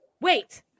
wait